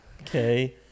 Okay